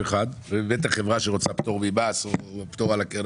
ובטח חברה שרוצה פטור ממס או הכרה